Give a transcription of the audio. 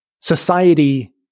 society